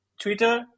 Twitter